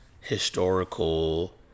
historical